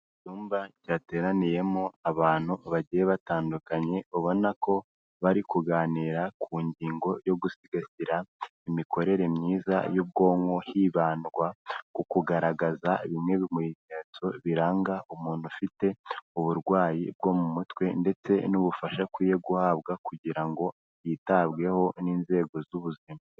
Icyumba cyateraniyemo abantu bagiye batandukanye, ubona ko bari kuganira ku ngingo yo gusigasira imikorere myiza y'ubwonko, hibandwa ku kugaragaza bimwe mu bimenyetso biranga umuntu ufite uburwayi bwo mu mutwe ndetse n'ubufasha akwiye guhabwa kugira ngo yitabweho n'inzego z'ubuzima